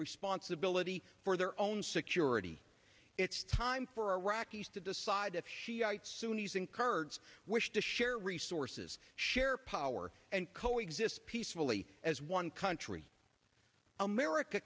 responsibility for their own security it's time for iraqis to decide if shiite sunni isn't kurds wish to share resources share power and co exist peacefully as one country america